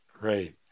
Great